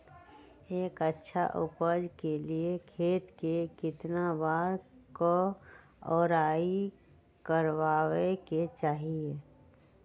एक अच्छा उपज के लिए खेत के केतना बार कओराई करबआबे के चाहि?